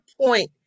point